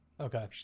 Okay